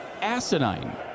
asinine